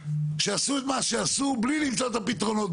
שעשו את מה שעשו בלי למצוא את הפתרונות,